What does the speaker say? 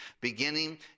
Beginning